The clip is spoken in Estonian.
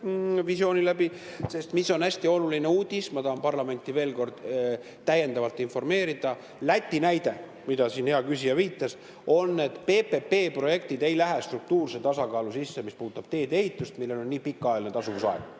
visiooni läbi. Sest mis on hästi oluline uudis, ma tahan parlamenti veel kord täiendavalt informeerida, Läti näide, millele siin hea küsija viitas, on, et PPP-projektid ei lähe struktuurse tasakaalu sisse, mis puudutab teedeehitust, millel on nii pikk tasuvusaeg.